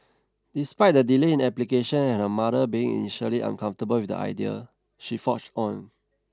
despite the delay in application and her mother being initially uncomfortable with the idea she forged on